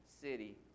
city